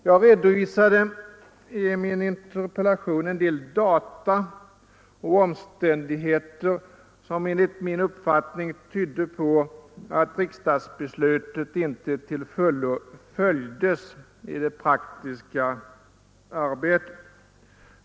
Jag redovisade i min interpellation en del data och omständigheter, som enligt min uppfattning tydde på att riksdagsbeslutet inte till fullo följdes i det praktiska arbetet.